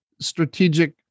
strategic